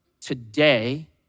Today